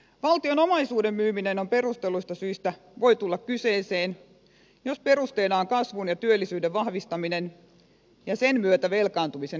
valtion omaisuuden myyminen voi perustelluista syistä tulla kyseeseen jos perusteena on kasvun ja työllisyyden vahvistaminen ja sen myötä velkaantumisen estäminen